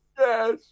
Yes